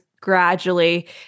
gradually